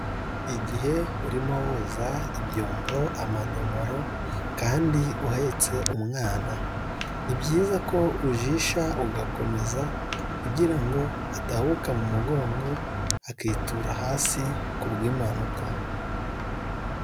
Igihe urimo woza ibyombo, amagamoro kandi uhetse umwana, ni byiza ko ujisha ugakomeza kugira ngo adahubuka mu mugongo, akitura hasi ku bw'impanuka.